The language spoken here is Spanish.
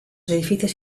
edificios